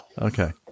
Okay